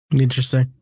Interesting